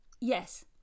Yes